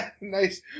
Nice